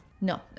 no